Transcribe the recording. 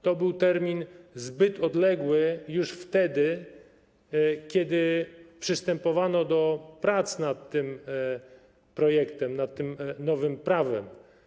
To był termin zbyt odległy już wtedy, kiedy przystępowano do prac nad tym projektem, nad tym nowym prawem.